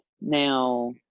Now